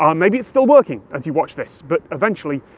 um maybe it's still working as you watch this. but eventually,